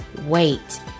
wait